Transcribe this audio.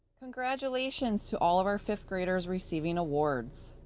congratulations to all of our fifth graders receiving awards.